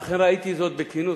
אכן ראיתי זאת בכינוס.